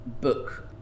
book